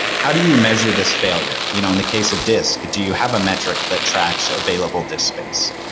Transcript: how do you measure this failure? you know in the case of disc, do you have a metric that tracks available disk space?